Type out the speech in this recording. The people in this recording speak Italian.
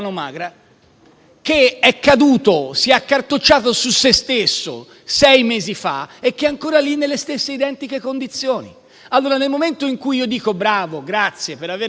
che è caduto, si è accartocciato su se stesso sei mesi fa e che è ancora lì nelle stesse identiche condizioni. Nel momento in cui io dico bravo e ringrazio per aver sbloccato